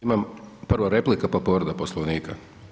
Imamo prvo replika, pa povreda Poslovnika.